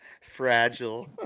Fragile